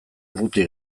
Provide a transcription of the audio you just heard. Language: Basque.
urruti